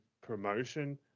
promotion